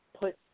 put